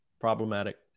Problematic